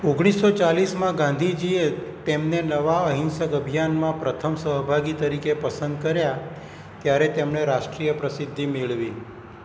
ઓગણીસો ચાલીસમાં ગાંધીજીએ તેમને નવા અહિંસક અભિયાનમાં પ્રથમ સહભાગી તરીકે પસંદ કર્યા ત્યારે તેમણે રાષ્ટ્રીય પ્રસિદ્ધિ મેળવી